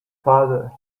father